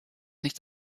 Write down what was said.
nicht